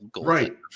Right